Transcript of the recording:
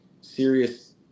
serious